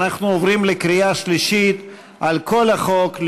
אנחנו עוברים לקריאה שלישית על כל החוק,